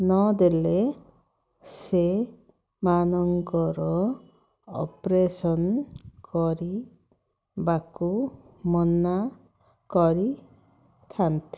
ନଦେଲେ ସେମାନଙ୍କର ଅପରେସନ୍ କରିବାକୁ ମନା କରିଥାନ୍ତି